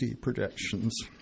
projections